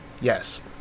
Yes